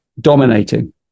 dominating